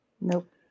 Nope